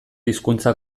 hizkuntza